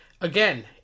again